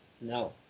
No